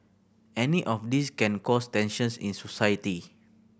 any of these can cause tensions in society